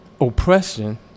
oppression